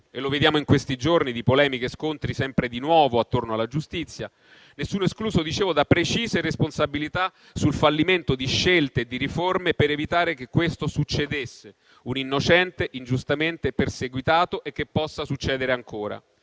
e lo vediamo in questi giorni di polemiche e scontri di nuovo attorno alla giustizia; nessuno è escluso da precise responsabilità sul fallimento di scelte e di riforme per evitare che questo succedesse - un innocente ingiustamente perseguitato - e che possa succedere ancora.